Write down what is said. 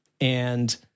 And-